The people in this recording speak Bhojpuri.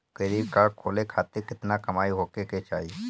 क्रेडिट कार्ड खोले खातिर केतना कमाई होखे के चाही?